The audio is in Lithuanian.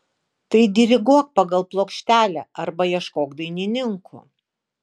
tai diriguok pagal plokštelę arba ieškok dainininkų